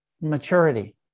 maturity